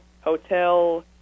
hotel